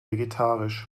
vegetarisch